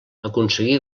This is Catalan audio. aconseguí